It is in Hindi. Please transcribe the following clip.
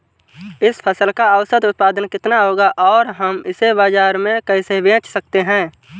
इस फसल का औसत उत्पादन कितना होगा और हम इसे बाजार में कैसे बेच सकते हैं?